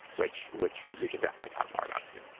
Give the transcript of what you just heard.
which which we can definitely talk more about too.